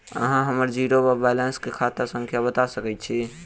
अहाँ हम्मर जीरो वा बैलेंस केँ खाता संख्या बता सकैत छी?